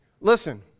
Listen